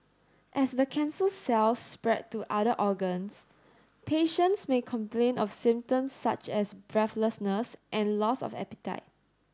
as the cancer cells spread to other organs patients may complain of symptoms such as breathlessness and loss of appetite